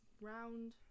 round